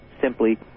simply